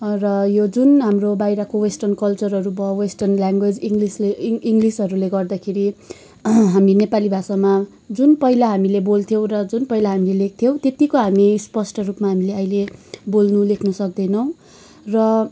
र यो जुन हाम्रो बाहिरको वेस्टर्न कल्चरहरू भो वेस्टर्न ल्याङवेज इङ्गलिसले इङ्गलिसहरूले गर्दाखेरि हामी नेपाली भाषामा जुन पहिला हामीेले बोल्थ्यौँ र जुन पहिला हामीले लेख्थ्यौँ त्यतिको हामी स्पष्ट रूपमा हामीले अहिले बोल्नु लेख्नु सक्दैनौँ र